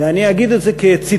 ואני אגיד את זה כציטוט.